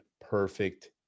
perfect